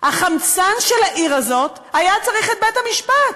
החמצן של העיר הזאת, היה צריך את בית-המשפט,